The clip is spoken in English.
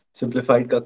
simplified